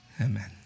Amen